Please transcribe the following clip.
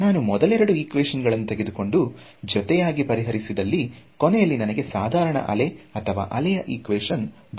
ನಾನು ಮೊದಲೆರಡು ಈಕ್ವೇಶನ್ ಗಳನ್ನು ತೆಗೆದುಕೊಂಡು ಜತೆಯಾಗಿ ಪರಿಹರಿಸಿದಲ್ಲಿ ಕೊನೆಯಲ್ಲಿ ನನಗೆ ಸಾಧಾರಣ ಅಲೆ ಅಥವಾ ಅಲೆಯ ಈಕ್ವೇಶನ್ ದೊರೆಯುವುದು